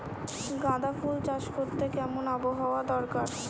গাঁদাফুল চাষ করতে কেমন আবহাওয়া দরকার?